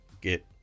get